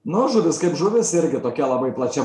nu žuvis kaip žuvis irgi tokia labai plačia